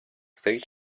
stage